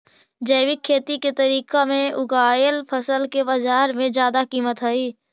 जैविक खेती के तरीका से उगाएल फसल के बाजार में जादा कीमत हई